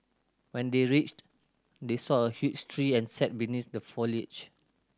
when they reached they saw a huge tree and sat beneath the foliage